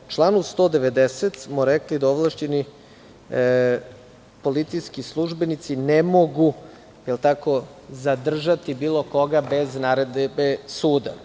U članu 190. smo rekli da ovlašćeni policijski službenici ne mogu zadržati bilo koga bez naredbe suda.